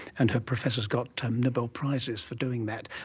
and her professors got nobel prizes for doing that.